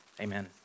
amen